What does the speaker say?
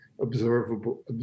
observable